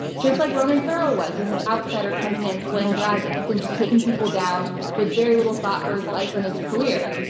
just like ronan farrow was this this outsider coming in slaying dragons and just taking people down with very little thought for his life and his career.